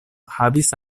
havis